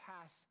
pass